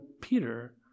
Peter